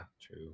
true